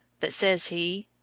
but says he,